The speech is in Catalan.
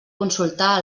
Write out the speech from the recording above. consultar